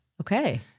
Okay